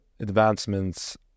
advancements